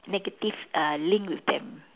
negative uh link with them